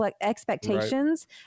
expectations